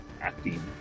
acting